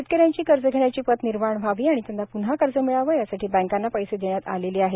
शेतकऱ्यांची कर्ज घेण्याची पत निर्माण व्हावी आणि त्यांना प्न्हा कर्ज मिळावे यासाठी बँकांना पैसे देण्यात आलेले आहेत